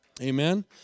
amen